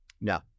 No